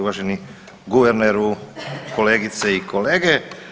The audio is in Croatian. Uvaženi guverneru, kolegice i kolege.